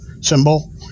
symbol